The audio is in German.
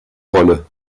rolle